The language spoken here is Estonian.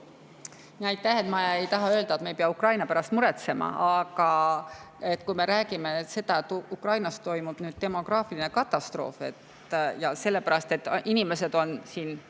Ma ei taha öelda, et me ei pea Ukraina pärast muretsema. Aga kui me räägime, et Ukrainas [tekib] demograafiline katastroof sellepärast, et inimesed on siin